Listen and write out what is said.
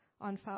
On